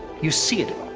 you see it,